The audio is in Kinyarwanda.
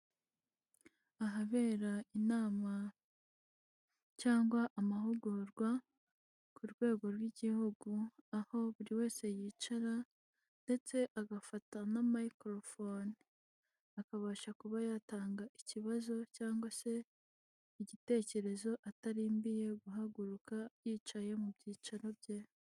Ahabera inama cyangwa amahugurwa ku rwego rw'igihugu, aho buri wese yicara ndetse agafata na mayikororfone akabasha kuba yatanga ikibazo cyangwa se igitekerezo atarindiriye guhaguruka, yicaye mu byicaro bye.